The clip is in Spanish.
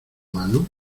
mano